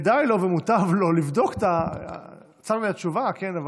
כדאי לו ומוטב לו, יצא מהתשובה, כן?